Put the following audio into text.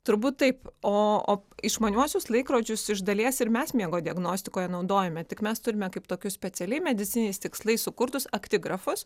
turbūt taip o išmaniuosius laikrodžius iš dalies ir mes miego diagnostikoje naudojame tik mes turime kaip tokius specialiai medicininiais tikslais sukurtus aktigrafus